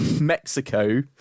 Mexico